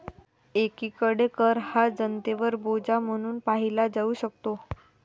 एकीकडे कर हा जनतेवर बोजा म्हणून पाहिला जाऊ शकतो